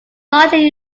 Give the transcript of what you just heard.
largely